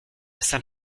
saint